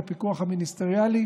את הפיקוח המיניסטריאלי,